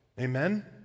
Amen